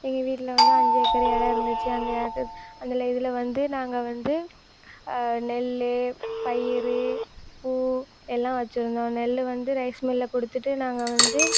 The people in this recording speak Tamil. எங்கள் வீட்டில் வந்து அஞ்சு ஏக்கரு இடம் இருந்துச்சு அந்த ஏக்கரு அந்த இதில் வந்து நாங்கள் வந்து நெல் பயிர் பூ எல்லாம் வச்சுருந்தோம் நெல் வந்து ரைஸ் மில்லில் கொடுத்துட்டு நாங்கள் வந்து